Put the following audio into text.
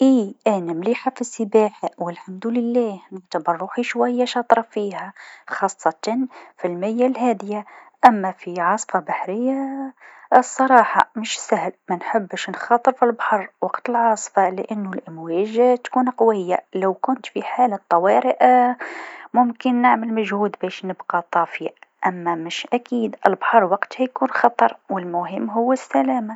إيه أنا مليحه في السباحه و الحمد لله نعتبر روحي شويا شاطره فيها خاصة في الميا الهاديه، أما في عاصفه بحريه الصراحه مش سهل منبحش نخاطر في البحر وقت العاصفه لأنو الأمواج تكون قويه، لو كنت في حالة طوارئ ممكن نعمل مجهود باش نبقى طافيه أما مش أكيد البحر وقتها يكون خطر و المهم هو السلامة.